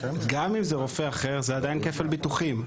גם אם זה רופא אחר, זה עדיין כפל ביטוחים.